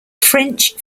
french